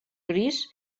gris